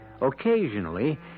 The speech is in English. Occasionally